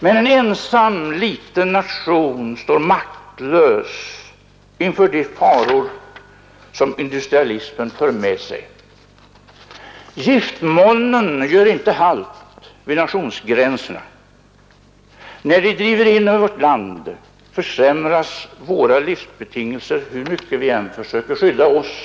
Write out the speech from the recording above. Men en ensam liten nation står maktlös inför de faror som industrialismen för med sig. Giftmolnen gör inte halt vid nationsgränserna. När de driver in över vårt land försämras våra livsbetingelser, hur mycket än vi försöker skydda oss.